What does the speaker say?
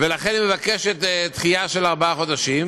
ולכן מבקשת דחייה של ארבעה חודשים,